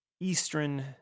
Eastern